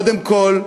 קודם כול,